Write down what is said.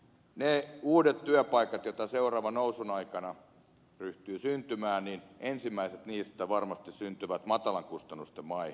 niistä uusista työpaikoista joita seuraavan nousun aikana alkaa syntyä ensimmäiset varmasti syntyvät matalan kustannusten maihin